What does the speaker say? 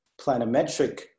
planimetric